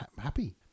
happy